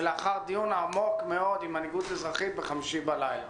ולאחר דיון עמוק מאוד עם מנהיגות אזרחית בחמישי בלילה.